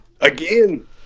again